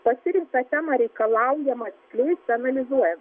pasirinktą temą reikalaujama atskleist analizuojant